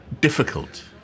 difficult